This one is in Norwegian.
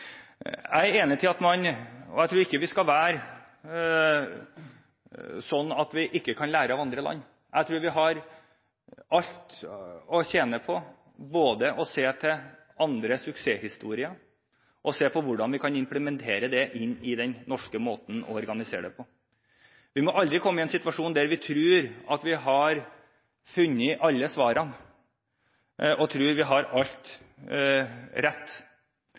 Jeg tror ikke vi skal være sånn at vi ikke kan lære av andre land. Jeg tror vi har alt å tjene på både å se på andre suksesshistorier og å se på hvordan vi kan implementere dem inn i den norske måten å organisere dette på. Vi må aldri komme i en situasjon der vi tror at vi har funnet alle svarene, og at vi har alt rett.